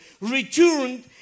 returned